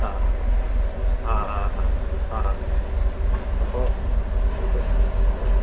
അ ആ ആ ആ ആ അപ്പോൾ നമുക്ക് ഉം